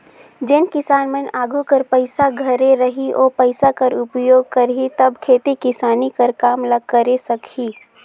जेन किसान मन आघु कर पइसा धरे रही ओ पइसा कर उपयोग करही तब खेती किसानी कर काम ल करे सकही